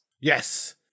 Yes